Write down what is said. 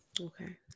Okay